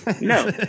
No